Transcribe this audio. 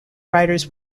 writers